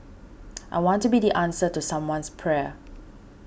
I want to be the answer to someone's prayer